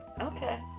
Okay